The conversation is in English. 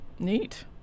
neat